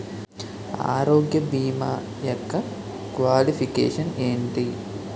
ఆరోగ్య భీమా యెక్క క్వాలిఫికేషన్ ఎంటి?